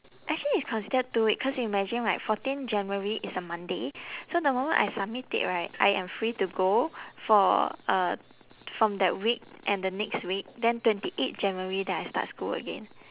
actually it's considered two week cause imagine right fourteen january is a monday so the moment I submit it right I am free to go for uh from that week and the next week then twenty eight january then I start school again